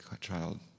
child